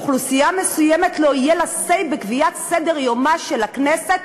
שלאוכלוסייה מסוימת לא יהיה say בקביעת סדר-יומה של הכנסת,